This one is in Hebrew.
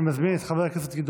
אני מזמין את שר המשפטים